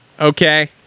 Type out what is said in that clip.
Okay